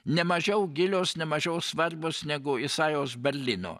nemažiau gilios nemažiau svarbios negu isajaus berlyno